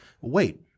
Wait